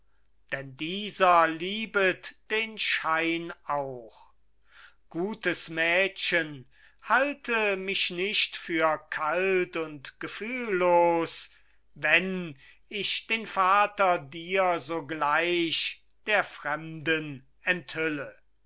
denn dieser liebet den schein auch gutes mädchen halte mich nicht für kalt und gefühllos wenn ich den vater dir sogleich der fremden enthülle